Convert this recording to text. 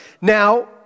Now